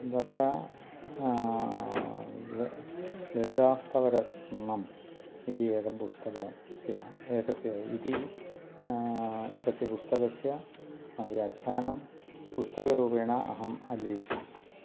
तत्र ललितास्तवनम् इति एकं पुस्तकस्य एकस्य इति एकस्य पुस्तकस्य व्याख्यानं पुस्तकरूपेण अहम् अलेखम्